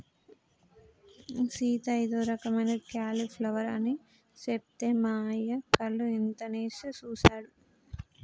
సీత ఇదో రకమైన క్యాలీఫ్లవర్ అని సెప్తే మా అయ్య కళ్ళు ఇంతనేసి సుసాడు